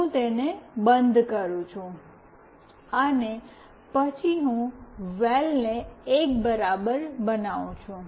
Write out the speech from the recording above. હું તેને બંધ કરું છું અને પછી હું વૅલ ને 1 બરાબર બનાવું છું